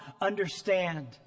understand